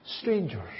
strangers